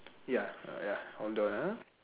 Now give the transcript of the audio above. ya ya hold on